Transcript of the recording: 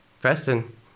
Preston